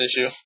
issue